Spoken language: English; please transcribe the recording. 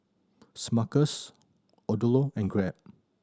Smuckers Odlo and Grab